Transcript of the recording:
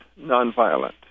nonviolent